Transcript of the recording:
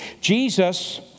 Jesus